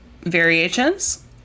variations